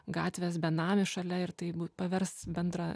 gatvės benamį šalia ir tai pavers bendra